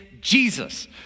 Jesus